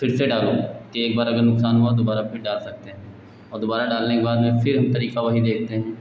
फ़िर से डालें कि एक बार नुकसान हुआ दुबारा फ़िर डाल सकते हैं और दुबारा फ़िर डालने के बाद फ़िर हम तरीका वही देखते हैं